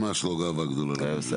ממש לא גאווה גדולה להגיד את זה.